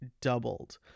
doubled